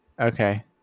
Okay